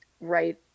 right